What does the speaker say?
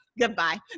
goodbye